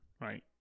right